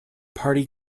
party